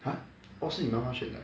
!huh! orh 是你妈妈选的 ah